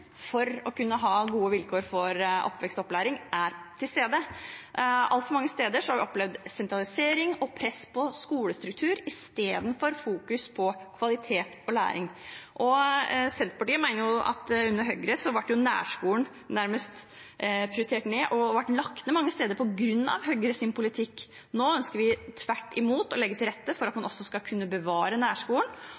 for å kunne ha gode vilkår for oppvekst og opplæring er til stede. Altfor mange steder har vi opplevd sentralisering og press på skolestruktur istedenfor fokus på kvalitet og læring. Senterpartiet mener at nærskolen nærmest ble prioritert ned under Høyre, og den ble lagt ned mange steder på grunn av Høyres politikk. Nå ønsker vi tvert imot å legge til rette for at man